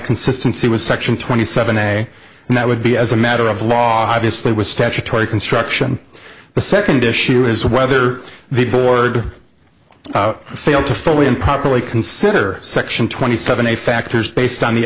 consistency with section twenty seven day and that would be as a matter of law obviously with statutory construction the second issue is whether the board failed to fully improperly consider section twenty seven a factors based on the